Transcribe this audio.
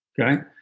okay